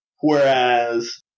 Whereas